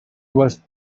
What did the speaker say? was